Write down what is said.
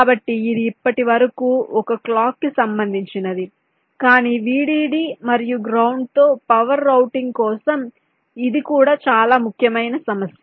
కాబట్టి ఇది ఇప్పటివరకు ఒక క్లాక్ కి సంబంధించినది కానీ Vdd మరియు గ్రౌండ్తో పవర్ రౌటింగ్ కోసం ఇది కూడా చాలా ముఖ్యమైన సమస్య